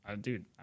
Dude